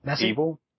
evil